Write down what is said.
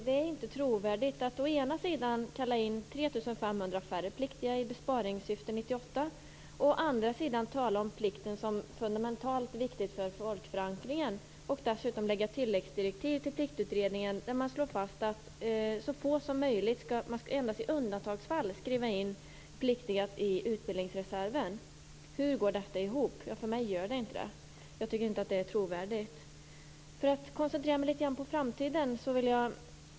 Det är inte trovärdigt att å ena sidan i besparingssyfte 1998 kalla in 3 500 färre pliktiga, å andra sidan tala om plikten som fundamentalt viktig för folkförankringen och dessutom lägga tilläggsdirektiv till Pliktutredningen där det slås fast att man endast i undantagsfall skall skriva in pliktiga i utbildningsreserven. Hur går detta ihop? För mig gör det inte det. Det är inte trovärdigt. Låt mig koncentrera mig litet grand på framtiden.